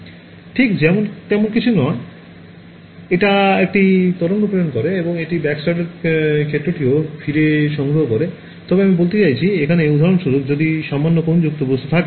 ঠিক তেমন কিছুই নয় এটা একটি তরঙ্গ প্রেরণ করে এবং এটি ব্যাকস্ক্যাটার্ড ক্ষেত্রটিও ফিরে সংগ্রহ করে তবে আমি বলতে চাইছি এখানে উদাহরণস্বরূপ যদি সামান্য কোণযুক্ত বস্তু থাকে